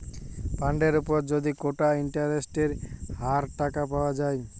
ফান্ডের উপর যদি কোটা ইন্টারেস্টের হার টাকা পাওয়া যায়